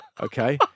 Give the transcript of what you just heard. Okay